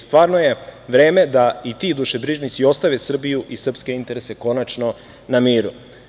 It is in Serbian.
Stvarno je vreme da i ti dušebriznici ostave Srbiju i srpske interese konačno na miru.